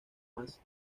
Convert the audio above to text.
más